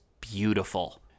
beautiful